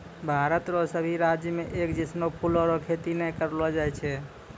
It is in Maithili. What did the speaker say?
भारत रो सभी राज्य मे एक जैसनो फूलो रो खेती नै करलो जाय छै